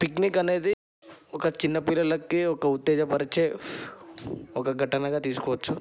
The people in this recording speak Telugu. పిక్నిక్ అనేది ఒక చిన్న పిల్లలకి ఒక ఉత్తేజపరిచే ఒక ఘటనగా తీసుకోవచ్చు